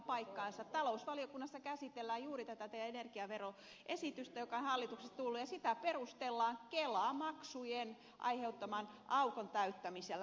talousvaliokunnassa käsitellään juuri tätä teidän energiaveroesitystänne joka on hallituksesta tullut ja sitä perustellaan kelamaksujen aiheuttaman aukon täyttämisellä